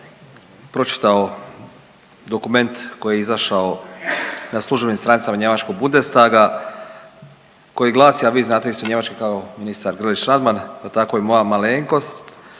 pročitao dokument koji je izašao na službenim stranicama njemačkog Bundestaga koji glasi, a vi znate isto njemački kao ministar Grlić Radman, pa tako i moja malenkost,